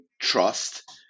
trust